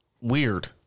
weird